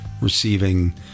receiving